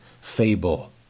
fable